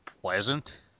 pleasant